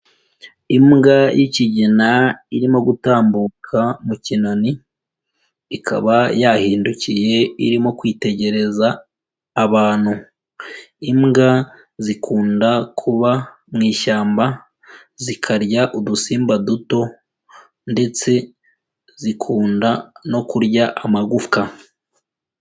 Imbwa y'ikigina irimo gutambuka mu kinani, ikaba yahindukiye irimo kwitegereza abantu. Imbwa zikunda kuba mu ishyamba, zikarya udusimba duto ndetse zikunda no kurya amagufwa.